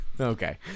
Okay